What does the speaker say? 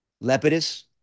Lepidus